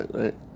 right